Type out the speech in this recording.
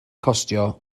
costio